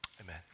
Amen